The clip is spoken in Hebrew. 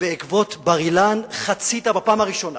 ובעקבות "בר-אילן" חצית בפעם הראשונה